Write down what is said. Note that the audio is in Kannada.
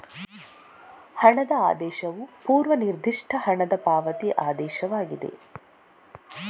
ಹಣದ ಆದೇಶವು ಪೂರ್ವ ನಿರ್ದಿಷ್ಟ ಹಣದ ಪಾವತಿ ಆದೇಶವಾಗಿದೆ